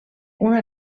una